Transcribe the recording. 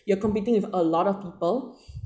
you are competing with a lot of people